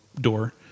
door